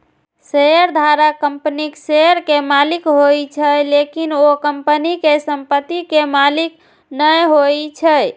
शेयरधारक कंपनीक शेयर के मालिक होइ छै, लेकिन ओ कंपनी के संपत्ति के मालिक नै होइ छै